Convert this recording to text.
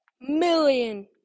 million